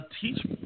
teach